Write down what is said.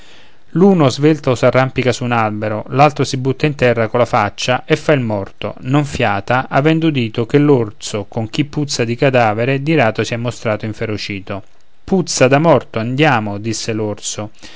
l'uno svelto s'arrampica su un albero l'altro si butta in terra colla faccia e fa il morto non fiata avendo udito che l'orso con chi puzza di cadavere di rado si è mostrato inferocito puzza da morto andiamo disse